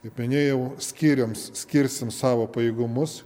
kaip minėjau skyriams skirsim savo pajėgumus